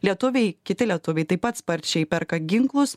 lietuviai kiti lietuviai taip pat sparčiai perka ginklus